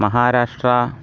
महाराष्ट्रः